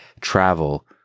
travel